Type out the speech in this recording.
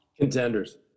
Contenders